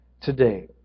today